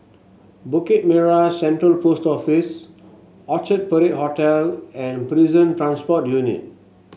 Bukit Merah Central Post Office Orchard Parade Hotel and Prison Transport Unit